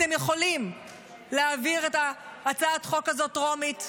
אתם יכולים להעביר את הצעת החוק הזאת בקריאה טרומית.